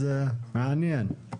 אז מעניין.